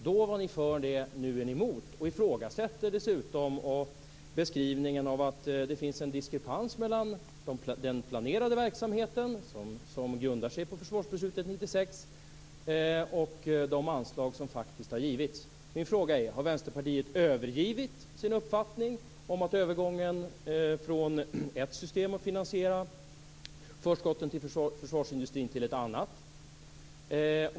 Då var ni för det. Nu är ni emot. Ni ifrågasätter dessutom beskrivningen att det finns en diskrepans mellan den planerade verksamheten, som grundar sig på försvarsbeslutet 1996, och de anslag som faktiskt har givits. Min fråga är om Vänsterpartiet har övergivit sin uppfattning om övergången från ett system att finansiera förskotten till försvarsindustrin till ett annat.